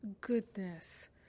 goodness